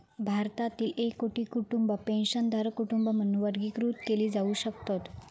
भारतातील एक कोटी कुटुंबा पेन्शनधारक कुटुंबा म्हणून वर्गीकृत केली जाऊ शकतत